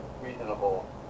reasonable